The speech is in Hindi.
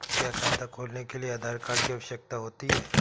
क्या खाता खोलने के लिए आधार कार्ड की आवश्यकता होती है?